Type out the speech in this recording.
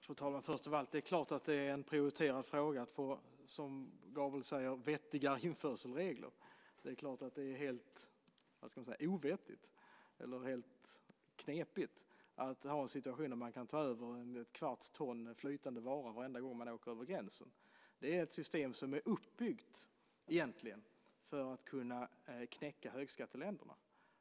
Fru talman! Det är klart att det är en prioriterad fråga att få, som Gabriel säger, vettiga införselregler. Det är helt ovettigt, knepigt, att ha en situation där det går att ta över en kvarts ton flytande vara varenda gång man åker över gränsen. Det är ett system uppbyggt för att knäcka högskatteländerna.